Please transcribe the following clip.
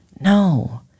No